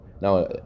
Now